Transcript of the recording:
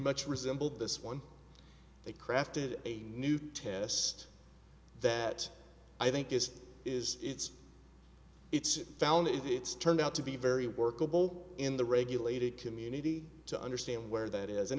much resembled this one they crafted a new test that i think is is it's it's found it's turned out to be very workable in the regulated community to understand where that is an